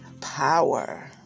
power